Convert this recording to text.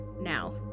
now